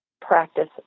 practice